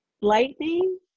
lightning